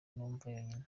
yonyine